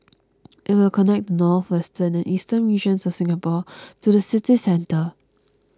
it will connect the northwestern and eastern regions of Singapore to the city centre